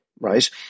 Right